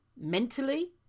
Mentally